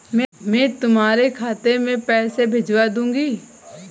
मैं तुम्हारे खाते में पैसे भिजवा दूँगी